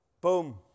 boom